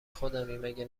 خودمی، مگه